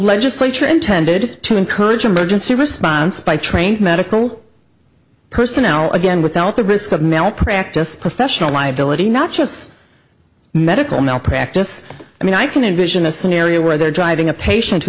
legislature intended to encourage emergency response by trained medical personnel again without the risk of malpractise professional liability not just medical malpractise i mean i can envision a scenario where they're driving a patient who